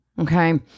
Okay